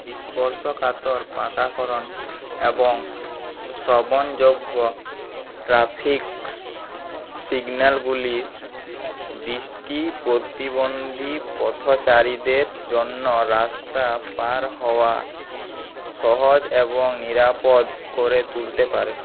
এই স্পর্শকাতর পাকাকরণ এবং শ্রবণযোগ্য ট্রাফিক সিগন্যালগুলির দৃষ্টি প্রতিবন্ধী পথচারীদের জন্য রাস্তা পার হওয়া সহজ এবং নিরাপদ করে তুলতে পারে